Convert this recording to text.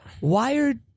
wired